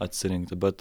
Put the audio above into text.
atsirinkti bet